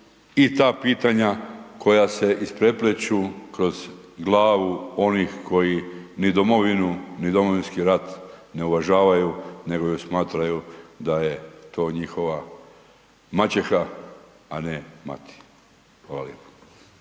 i ta pitanja koja se isprepleću kroz glavu onih koji ni Domovinu, ni Domovinski rat ne uvažavaju nego ju smatraju da je to njihova maćeha a ne mati. Hvala lijepa.